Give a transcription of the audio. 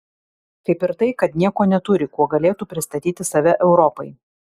kaip ir tai kad nieko neturi kuo galėtų pristatyti save europai